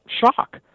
shock